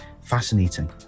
fascinating